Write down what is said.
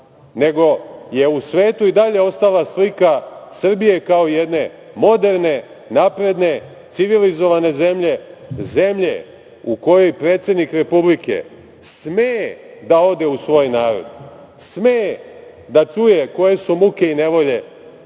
nego je u svetu i dalje ostala slika Srbije kao jedne moderne, napredne, civilizovane zemlje, zemlje u kojoj predsednik Republike sme da ode u svoj narod, sme da čuje koje su muke i nevolje